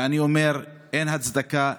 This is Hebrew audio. ואני אומר: אין הצדקה,